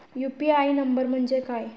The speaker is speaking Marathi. यु.पी.आय नंबर म्हणजे काय?